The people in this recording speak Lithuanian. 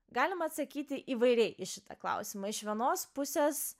galima atsakyti įvairiai į šitą klausimą iš vienos pusės